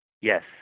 Yes